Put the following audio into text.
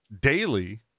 daily